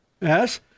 Yes